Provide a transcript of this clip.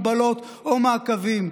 הגבלות או מעקבים.